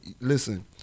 listen